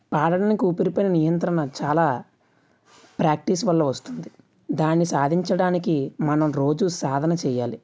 పాడటానికి ఊపిరిపై నియంత్రణ చాలా ప్రాక్టీస్ వల్ల వస్తుంది దాన్ని సాధించడానికి మనం రోజు సాధన చేయాలి